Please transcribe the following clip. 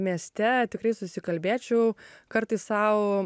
mieste tikrai susikalbėčiau kartais sau